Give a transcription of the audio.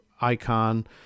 icon